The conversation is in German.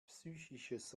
psychisches